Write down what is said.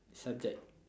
subject